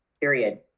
period